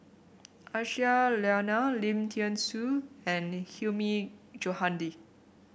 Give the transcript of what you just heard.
Aisyah Lyana Lim Thean Soo and Hilmi Johandi